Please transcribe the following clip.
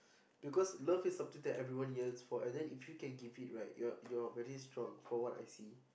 because love is something that everyone yearns for and then if you can give it right you're you are very strong from what I see